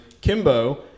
Kimbo